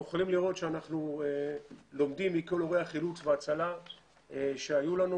אנחנו יכולים לראות שאנחנו לומדים מכל אירוע חילוץ והצלה שהיו לנו.